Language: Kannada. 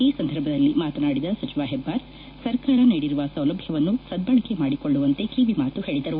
ಈ ಸಂದರ್ಭದಲ್ಲಿ ಮಾತನಾಡಿದ ಸಚಿವ ಹೆಬ್ದಾರ್ ಸರಕಾರ ನೀಡಿರುವ ಸೌಲಭ್ವವನ್ನು ಸದ್ದಳಕೆ ಮಾಡಿಕೊಳ್ಳುವಂತೆ ಕಿವಿಮಾತು ಹೇಳಿದರು